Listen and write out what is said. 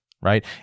Right